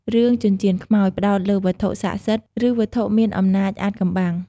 រឿង ចិញ្ចៀនខ្មោច ផ្ដោតលើវត្ថុស័ក្តិសិទ្ធិ ឬវត្ថុមានអំណាចអាថ៌កំបាំង។